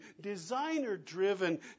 designer-driven